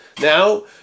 Now